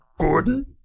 Gordon